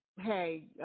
hey